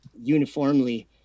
uniformly